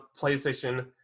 PlayStation